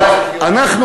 אבל אנחנו,